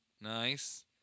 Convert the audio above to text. Nice